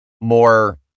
more